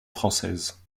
française